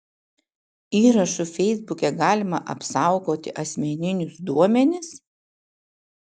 įrašu feisbuke galima apsaugoti asmeninius duomenis